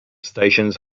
stations